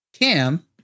Cam